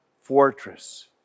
fortress